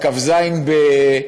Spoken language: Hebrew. את כ"ז בניסן,